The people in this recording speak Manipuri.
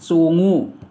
ꯆꯣꯡꯉꯨ